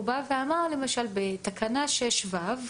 הוא אמר בתקנה 6(ו),